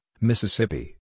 Mississippi